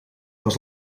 was